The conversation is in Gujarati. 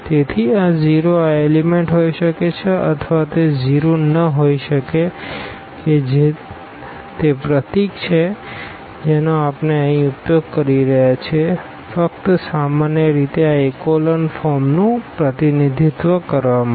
તેથી આ 0 આ એલીમેન્ટ હોઈ શકે છે અથવા તે 0 ન હોઈ શકે કે જે તે સિમ્બોલ છે જેનો આપણે અહીં ઉપયોગ કરી રહ્યા છીએ ફક્ત સામાન્ય રીતે આ ઇકોલન ફોર્મનું પ્રતિનિધિત્વ કરવા માટે